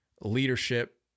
leadership